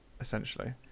essentially